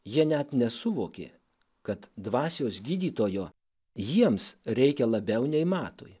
jie net nesuvokė kad dvasios gydytojo jiems reikia labiau nei matui